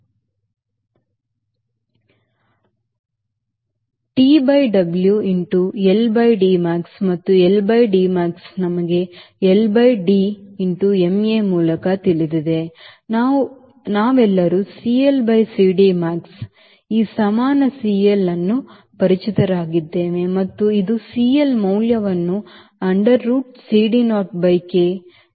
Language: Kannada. T by W max into L by D max ಮತ್ತು L by D max ನಮಗೆ L by D ma ಮೂಲಕ ತಿಳಿದಿದೆ ನಾವೆಲ್ಲರೂ CL by CD max ಈ ಸಮಾನCL ಅನ್ನು ಪರಿಚಿತರಾಗಿದ್ದೇವೆ ಮತ್ತು ಇದು CLಮೌಲ್ಯವನ್ನು under root CD naught by Kನಿಂದ ಸರಿಪಡಿಸುವುದಿಲ್ಲ